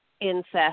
incest